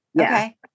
Okay